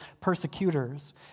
persecutors